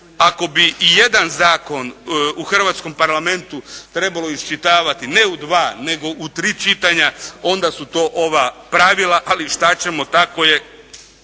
Ako bi ijedan zakon u hrvatskom Parlamentu trebalo iščitavati ne u dva, nego u tri čitanja onda su to ova pravila, ali šta ćemo tako je,